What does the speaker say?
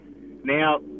Now